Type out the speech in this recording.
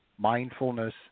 mindfulness